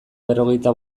berrogeita